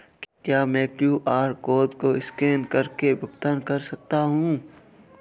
क्या मैं QR code को स्कैन करके भुगतान कर सकता हूं?